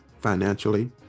financially